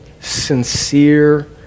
sincere